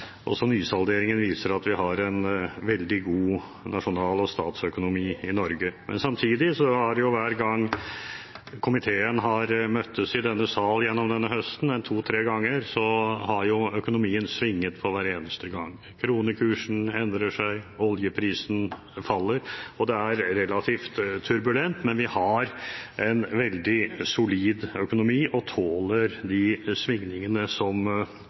også nysalderingen viser at Norge har en veldig god nasjonaløkonomi og statsøkonomi. Samtidig har økonomien svinget hver eneste gang komiteen har møttes i denne sal gjennom denne høsten, en to–tre ganger. Kronekursen endrer seg, oljeprisen faller, og det er relativt turbulent, men vi har en veldig solid økonomi og tåler de svingningene som